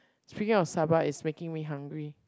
speaking of Sabah it's making me hungry